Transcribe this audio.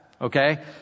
Okay